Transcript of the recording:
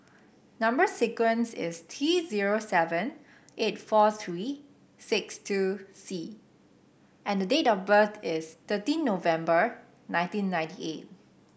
number sequence is T zero seven eight four three six two C and the date of birth is thirteen November nineteen ninety eight